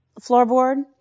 floorboard